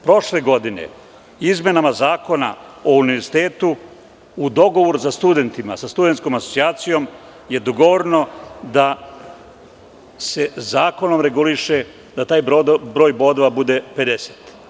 Prošle godine, izmenama Zakona o univerzitetu, u dogovoru sa studentskom asocijacijom, dogovoreno je da se zakonom reguliše da taj broj bodova bude 50.